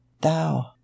thou